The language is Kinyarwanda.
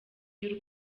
y’u